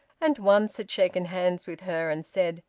and once had shaken hands with her and said,